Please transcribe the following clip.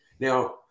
Now